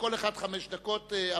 יינתנו חמש דקות,